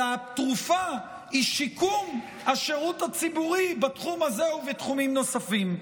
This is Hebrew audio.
אלא התרופה היא שיקום השירות הציבורי בתחום הזה ובתחומים נוספים.